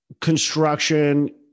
Construction